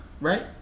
Right